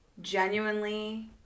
genuinely